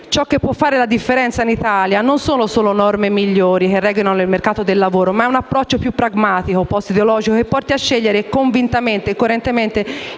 Ciò che può fare la differenza in Italia non sono norme migliori che regolino il mercato del lavoro, ma un approccio pragmatico e *post* ideologico che porti a scegliere convintamente e coerentemente